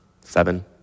seven